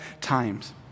times